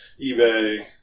eBay